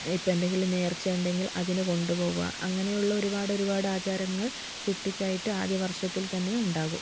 ഇപ്പം എന്തെങ്കിലും നേർച്ച ഉണ്ടെങ്കിൽ അതിന് കൊണ്ട് പോകുക അങ്ങനെ ഉള്ള ഒരുപാട് ഒരുപാട് ആചാരങ്ങൾ കുട്ടിക്കായിട്ട് ആദ്യ വർഷത്തിൽ തന്നെ ഉണ്ടാകും